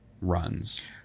runs